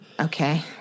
okay